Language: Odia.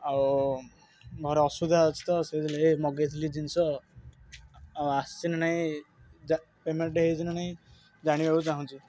ଆଉ ଘରେ ଅସୁବିଧା ଅଛି ତ ସେଇଥିଲାଗି ମଗେଇଥିଲି ଜିନିଷ ଆଉ ଆସିଛି ନାହିଁ ପେମେଣ୍ଟ ହେଇଛିନା ନାହିଁ ଜାଣିବାକୁ ଚାହୁଁଛି